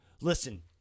listen